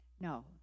No